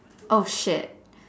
oh shit